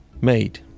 made